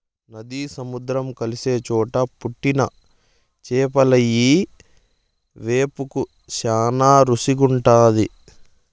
నది, సముద్రం కలిసే చోట పుట్టిన చేపలియ్యి వేపుకు శానా రుసిగుంటాది